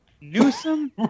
Newsom